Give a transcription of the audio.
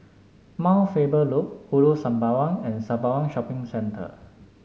Mount Faber Loop Ulu Sembawang and Sembawang Shopping Centre